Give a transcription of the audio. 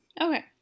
Okay